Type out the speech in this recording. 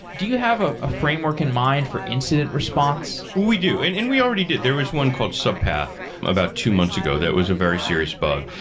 do you have ah a framework in mind for incident response? we do. and and we already did. there was one called subpath, about two months ago that was a very serious bug.